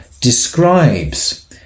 describes